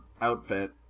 outfit